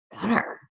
better